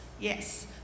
yes